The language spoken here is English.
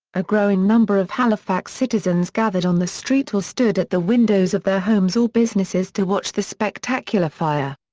a growing number of halifax citizens gathered on the street or stood at the windows of their homes or businesses to watch the spectacular fire.